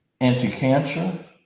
anti-cancer